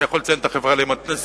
אני יכול לציין את החברה למתנ"סים,